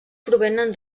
provenen